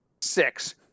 six